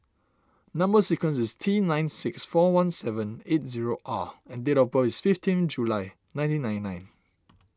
Number Sequence is T nine six four one seven eight zero R and date of birth is fifteen July nineteen ninety nine